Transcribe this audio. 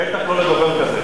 בטח לא לדובר כזה.